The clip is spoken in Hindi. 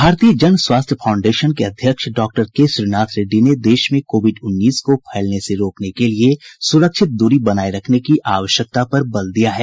भारतीय जन स्वास्थ्य फाउंडेशन के अध्यक्ष डॉ के श्रीनाथ रेड्डी ने देश में कोविड उन्नीस को फैलने से रोकने के लिए सुरक्षित दूरी बनाये रखने की आवश्यकता पर बल दिया है